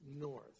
north